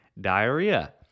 Diarrhea